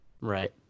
right